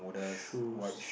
shoes